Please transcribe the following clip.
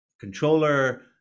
controller